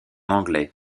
anglais